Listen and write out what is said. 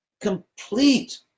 complete